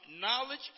knowledge